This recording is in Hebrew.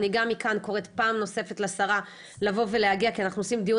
אני גם מכאן קוראת פעם נוספת לשרה לבוא ולהגיע כי אנחנו עושים דיון